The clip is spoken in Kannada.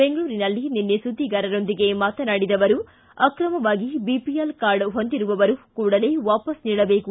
ಬೆಂಗಳೂರಿನಲ್ಲಿ ನಿನ್ನೆ ಸುದ್ದಿಗಾರರೊಂದಿಗೆ ಮಾತನಾಡಿದ ಅವರು ಅಕ್ರಮವಾಗಿ ಬಿಪಿಎಲ್ ಕಾರ್ಡ್ ಹೊಂದಿರುವವರು ಕೂಡಲೇ ವಾಪಸ್ ನೀಡಬೇಕು